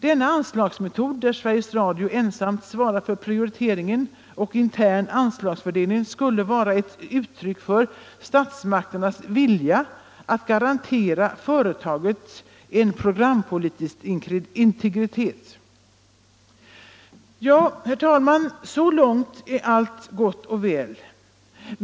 Denna anslagsmetod, där företaget Sveriges Radio ensamt svarar för prioriteringar och intern anslagsfördelning, skulle vara ett uttryck för statsmakternas vilja att garantera företaget programpolitisk integritet. Så långt är allt gott och väl.